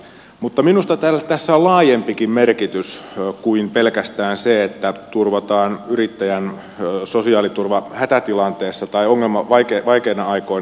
mutta minusta tässä on laajempikin merkitys kuin pelkästään se että turvataan yrittäjän sosiaaliturva hätätilanteessa tai vaikeina aikoina